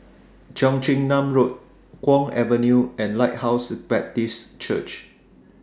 Cheong Chin Nam Road Kwong Avenue and Lighthouse Baptist Church